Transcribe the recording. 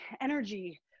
energy